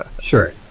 Sure